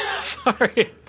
Sorry